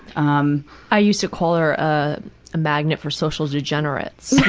um i used to call her a magnet for social degenerates.